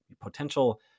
potential